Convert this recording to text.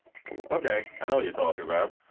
okay, i know you talking about